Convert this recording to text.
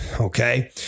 Okay